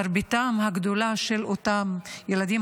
מרביתם הגדול של אותם ילדים,